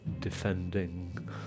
defending